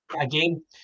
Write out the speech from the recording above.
Again